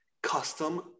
custom